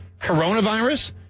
Coronavirus